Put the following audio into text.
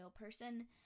person